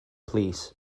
plîs